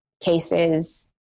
Cases